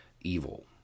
evil